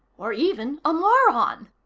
or even a moron.